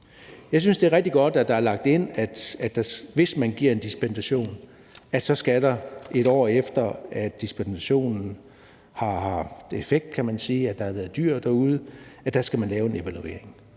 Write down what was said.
Jeg synes, det er rigtig godt, at det er lagt ind, at hvis man giver en dispensation, skal man, 1 år efter at dispensationen har haft effekt, kan man sige, altså at der har været dyr derude, lave en evaluering.